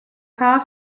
car